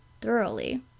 thoroughly